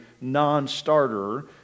non-starter